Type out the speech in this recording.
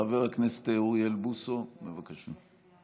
חבר הכנסת אוריאל בוסו, בבקשה.